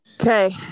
okay